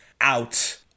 out